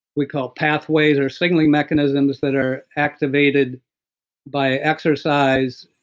we call pathways or signaling mechanisms that are activated by exercise,